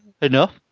enough